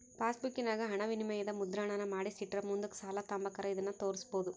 ಪಾಸ್ಬುಕ್ಕಿನಾಗ ಹಣವಿನಿಮಯದ ಮುದ್ರಣಾನ ಮಾಡಿಸಿಟ್ರ ಮುಂದುಕ್ ಸಾಲ ತಾಂಬಕಾರ ಇದನ್ನು ತೋರ್ಸ್ಬೋದು